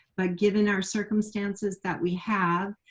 but, given our circumstances that we have,